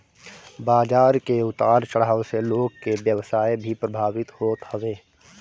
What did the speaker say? बाजार के उतार चढ़ाव से लोग के व्यवसाय भी प्रभावित होत हवे